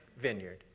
vineyard